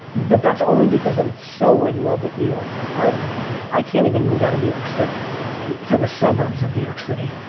but that's only because i'm so in love with new york, i i can't even move out of new york city to the suburbs of new york city.